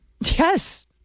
Yes